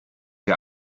ihr